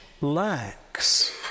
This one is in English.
lacks